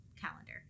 calendar